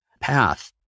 path